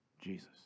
Jesus